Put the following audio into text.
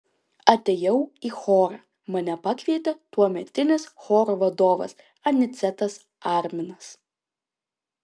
atėjau į chorą mane pakvietė tuometinis choro vadovas anicetas arminas